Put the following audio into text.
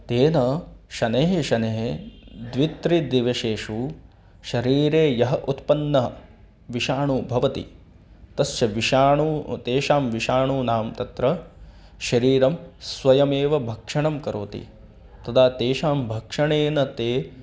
तेन शनैः शनैः द्वित्रि दिवसेषु शरीरे यः उत्पन्न विषाणुः भवति तस्य विषाणोः तेषां विषाणूनां तत्र शरीरं स्वयमेव भक्षणं करोति तदा तेषां भक्षणेन ते